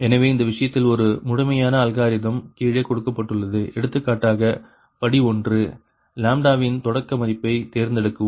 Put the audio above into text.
எனவே இந்த விஷயத்தில் ஒரு முழுமையான அல்காரிதம் கீழே கொடுக்கப்பட்டுள்ளது எடுத்துக்காட்டாக படி 1 வின் தொடக்க மதிப்பை தேர்ந்தெடுக்கவும்